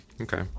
okay